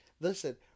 Listen